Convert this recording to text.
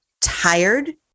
tired